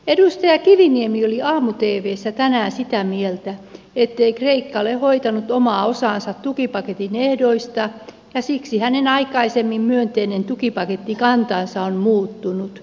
edustaja kiviniemi oli aamu tvssä tänään sitä mieltä ettei kreikka ole hoitanut omaa osaansa tukipaketin ehdoista ja siksi hänen aikaisemmin myönteinen tukipakettikantansa on muuttunut